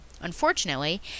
Unfortunately